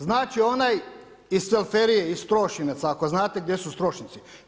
Znači onaj iz Cvelferije, iz Strošinaca, ako znate gdje su Strošinci.